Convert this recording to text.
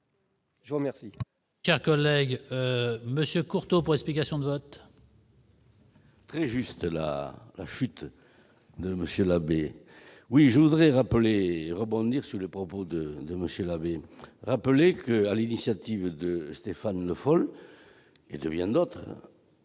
je vous remercie